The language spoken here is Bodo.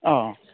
अह